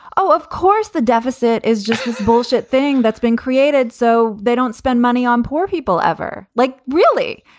oh, of course, the deficit is just this bullshit thing that's been created so they don't spend money on poor people ever like really.